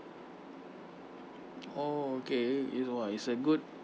oh okay it's !wah! it's a good